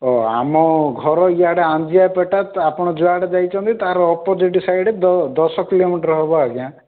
ହଁ ଆମ ଘର ଇଆଡ଼େ ଆଞ୍ଜିଆପେଟା ଆପଣ ଯୁଆଡ଼େ ଯାଉଛନ୍ତି ତା'ର ଅପୋଜିଟ୍ ସାଇଟ୍ ଦଶ କିଲୋମିଟର ହେବ ଆଜ୍ଞା